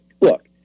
look